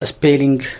Spelling